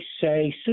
say